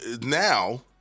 now